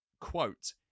quote